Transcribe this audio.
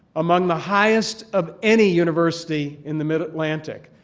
among the highest of any university in the mid-atlantic.